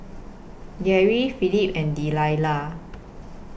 Garry Philip and Delila